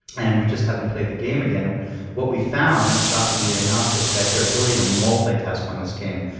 and we just had them play the game again. and what we found, shockingly enough, was that their ability to multitask on this game,